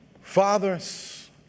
fathers